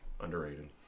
Underrated